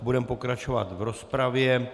Budeme pokračovat v rozpravě.